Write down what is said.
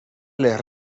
les